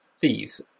thieves